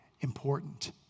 important